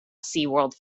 seaworld